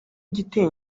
igiteye